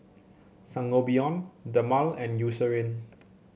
Sangobion Dermale and Eucerin